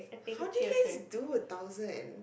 how do you guys do a thousand